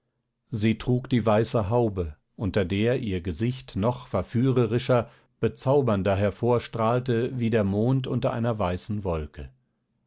sie trug die weiße haube unter der ihr gesicht noch verführerischer bezaubernder hervorstrahlte wie der mond unter einer weißen wolke